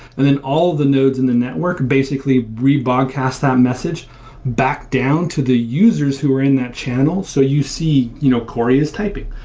then all nodes in the network basically re-broadcasts that message back down to the users who are in that channel. so you see you know corey is typing.